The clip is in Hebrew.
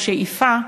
בשאיפה,